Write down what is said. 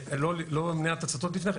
לא מניעת הצתות לפני כן?